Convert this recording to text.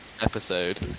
episode